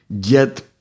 get